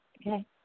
Okay